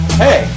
hey